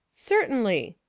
certainly,